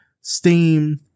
Steam